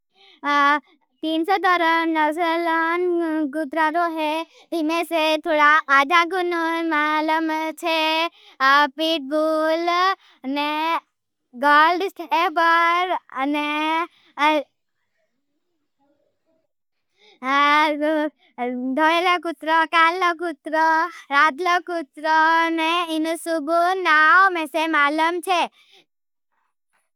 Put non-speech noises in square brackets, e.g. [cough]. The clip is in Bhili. तीन से तरन नसलन कुत्रारो है। ती में से थोड़ा आजागुन मालम है। [hesitation] पीट बूल ने गॉल्ड सेफर ने धोयला कुत्रा, कालला कुत्रा। रातला कुत्रा ने इन सुबुन नाव में से मालम है।